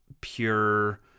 pure